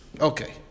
Okay